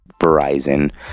Verizon